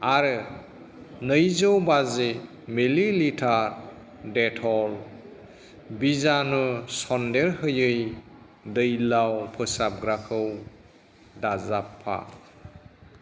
आरो नैजौ बाजि मिलि लिटार डेटल बिजानु सन्देरनोहायि दैलाव फोसाबग्राखौ दाजाबफा